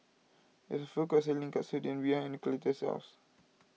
there is a food court selling Katsudon behind Cletus' house